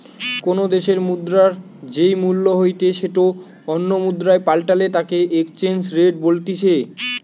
কোনো দ্যাশের মুদ্রার যেই মূল্য হইতে সেটো অন্য মুদ্রায় পাল্টালে তাকে এক্সচেঞ্জ রেট বলতিছে